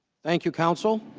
thank you counsel